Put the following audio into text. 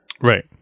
Right